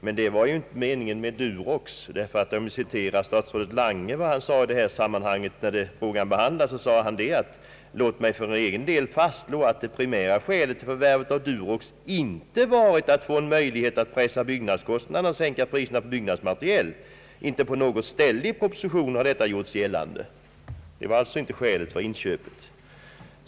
Men det var ju inte meningen med Durox, och jag vill citera vad statsrådet Lange sade när denna fråga behandlades: ”Låt mig för egen del fastslå att det primära skälet för förvärvet av Durox inte varit att få en möjlighet att pressa byggnadskostnaderna och sänka priserna på byggnadsmateriel — inte på något stäli propositionen har detta gjorts gällande.” Det var alltså inte skälet för inköpet.